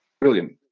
brilliant